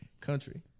Country